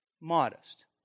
Modest